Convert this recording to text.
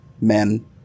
Men